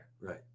right